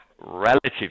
relative